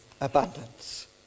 abundance